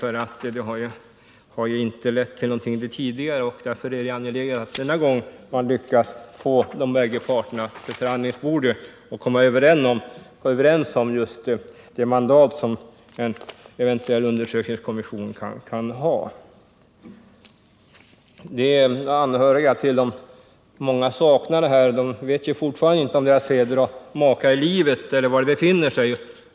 De tidigare har ju inte lett till någonting, och därför är det angeläget att man denna gång lyckas få de bägge parterna till förhandlingsbordet för att komma överens om det mandat som en eventuell undersökningskommission kan ha. De anhöriga till de många saknade vet fortfarande inte om deras fäder och makar är i livet eller var de befinner sig.